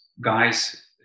guys